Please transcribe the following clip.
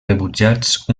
rebutjats